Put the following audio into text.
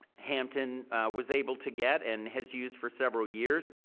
hampton was able to get and has used for several years.